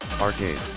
Arcade